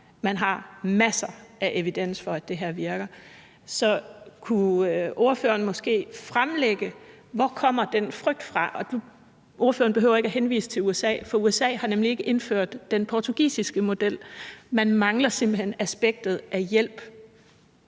Man har masser af evidens for, at det her virker. Så kunne ordføreren måske fremlægge, hvor den frygt kommer fra? Ordføreren behøver ikke at henvise til USA, for USA har nemlig ikke indført den portugisiske model, for dér mangler man simpelt hen aspektet med hjælp.